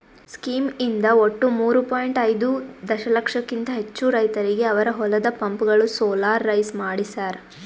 scheme ಇಂದ ಒಟ್ಟು ಮೂರೂ ಪಾಯಿಂಟ್ ಐದೂ ದಶಲಕ್ಷಕಿಂತ ಹೆಚ್ಚು ರೈತರಿಗೆ ಅವರ ಹೊಲದ ಪಂಪ್ಗಳು ಸೋಲಾರೈಸ್ ಮಾಡಿಸ್ಯಾರ್